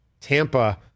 Tampa